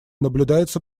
наблюдается